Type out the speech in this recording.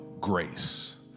grace